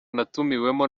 natumiwemo